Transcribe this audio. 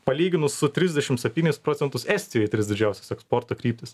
palyginus su trisdešim septyniais procentus estijoj tris didžiausias eksporto kryptis